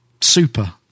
super